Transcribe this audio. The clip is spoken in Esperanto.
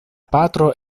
patro